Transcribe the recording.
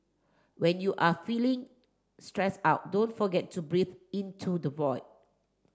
when you are feeling stressed out don't forget to breathe into the void